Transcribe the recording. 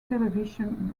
television